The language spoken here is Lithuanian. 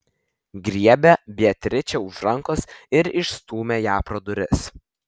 griebė beatričę už rankos ir išstūmė ją pro duris